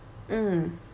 mm